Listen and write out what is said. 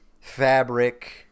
fabric